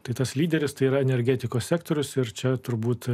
tai tas lyderis tai yra energetikos sektorius ir čia turbūt